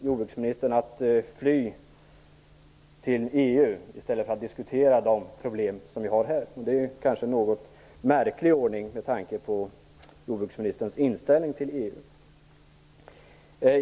Jordbruksministern väljer att fly till EU i stället för att diskutera de problem vi har här. Det är en något märklig ordning, med tanke på jordbruksministerns inställning till EU.